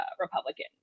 republican